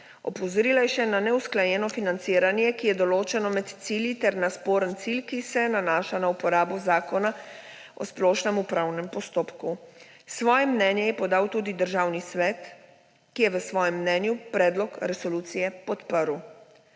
Opozorila je še na neusklajeno financiranje, ki je določeno med cilji, ter na sporen cilj, ki se nanaša na uporabo Zakona o splošnem upravnem postopku. Svoje mnenje je podal tudi Državni svet, ki je v svojem mnenju predlog resolucije podprl.